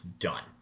done